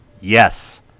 Yes